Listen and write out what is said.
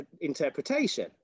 interpretation